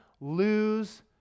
lose